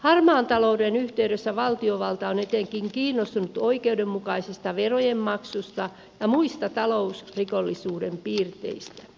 harmaan talouden yhteydessä valtiovalta on etenkin kiinnostunut oikeudenmukaisesta verojen maksusta ja muista talousrikollisuuden piirteistä